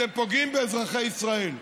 אתם פוגעים באזרחי ישראל.